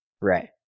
Right